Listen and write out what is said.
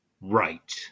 Right